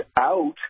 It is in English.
out